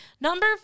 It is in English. Number